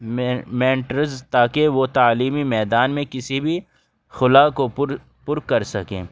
مین mentors تاکہ وہ تعلیمی میدان میں کسی بھی خلا کو پر پر کر سکیں